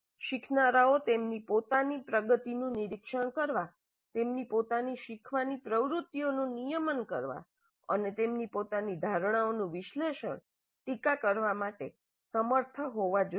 શીખનારાઓ તેમની પોતાની પ્રગતિનું નિરીક્ષણ કરવા તેમની પોતાની શીખવાની પ્રવૃત્તિઓનું નિયમન કરવા અને તેમની પોતાની ધારણાઓનું વિશ્લેષણ ટીકા કરવા માટે સમર્થ હોવા જોઈએ